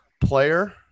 player